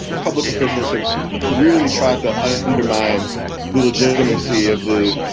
but public officials have really tried to ah undermine the legitimacy of the,